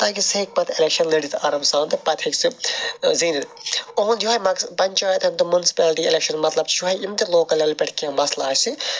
تاکہ سُہ ہیٚکہِ پَتہٕ ایٚلیٚکشَن لٔڑِتھ آرام سان تہٕ پَتہٕ ہیٚکہِ سُہ زیٖنِتھ اُہُنٛد یُہے مَقصَ پَنچایَتَن تہٕ مُنسپیلٹی ایٚلیٚکشَن مَطلَب چھُ یُہے یِم تہِ لوکَل لیٚولہِ پیٚٹھ کینٛہہ مَسلہٕ آسہِ